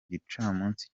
gicamunsi